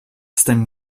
snem